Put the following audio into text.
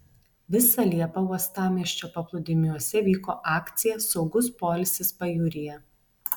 visą liepą uostamiesčio paplūdimiuose vyko akcija saugus poilsis pajūryje